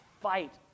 fight